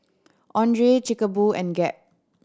Andre Chic Boo and Gap